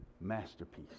masterpiece